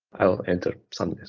i'll enter some